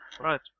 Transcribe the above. Right